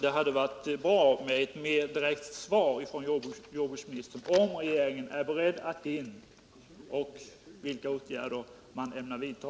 Jag hade därför förväntat mig racertävlingar med ett mer direkt svar från jordbruksministern om regeringen är beredd att båt | ingripa för att rädda Karpalund och vilka åtgärder man ämnar vidta.